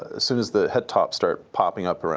ah soon as the het-top start popping up,